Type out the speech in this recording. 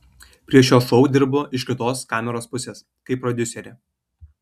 prie šio šou dirbu iš kitos kameros pusės kaip prodiuserė